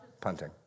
Punting